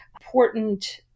important